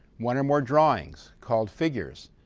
one or more drawings, called figures,